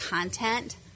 content